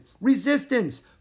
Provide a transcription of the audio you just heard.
Resistance